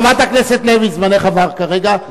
חברת הכנסת לוי, זמנך עבר כרגע.